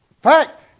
fact